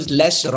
less